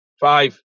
Five